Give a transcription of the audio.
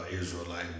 Israelite